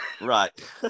right